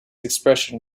expression